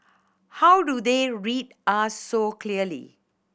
how do they read us so clearly